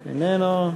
איננו,